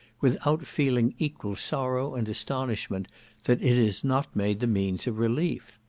without feeling equal sorrow and astonishment that it is not made the means of relief.